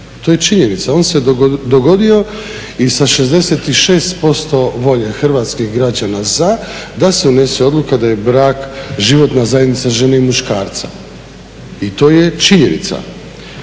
to je činjenica, on se dogodio i sa 66% volje hrvatskih građana za da se unese odluka da je brak životna zajednica žene i muškarca, i to je činjenica.